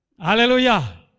Hallelujah